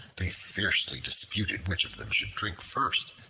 they fiercely disputed which of them should drink first,